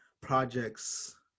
projects